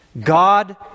God